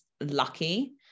lucky